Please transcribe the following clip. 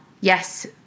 yes